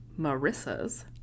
Marissa's